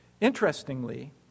Interestingly